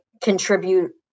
contribute